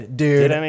dude